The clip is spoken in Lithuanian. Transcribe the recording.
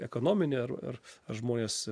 ekonominė ar ar ar žmonės